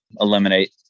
eliminate